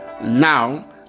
Now